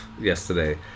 yesterday